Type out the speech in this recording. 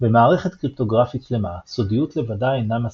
במערכת קריפטוגרפית שלמה, סודיות לבדה אינה מספקת.